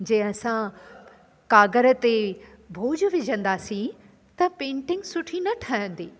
जे असां काग़र ते बोझ विझंदासीं त पेंटिंग सुठी न ठहंदी